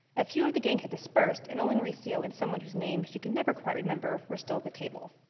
a few of the gang had dispersed and only mauricio and someone, whose name she could never quite remember, were still at the table.